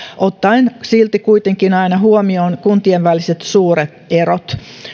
ottaen silti kuitenkin aina huomioon kuntien väliset suuret erot